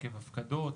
עקב הפקדות,